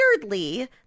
weirdly